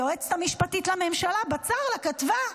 היועצת המשפטית לממשלה בצר לה כתבה: